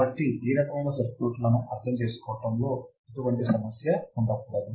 కాబట్టి ఈ రకమైన సర్క్యూట్లను అర్థం చేసుకోవడంలో ఎటువంటి సమస్య ఉండకూడదు